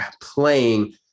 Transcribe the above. playing